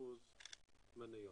ו-50% מניות,